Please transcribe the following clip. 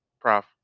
Prof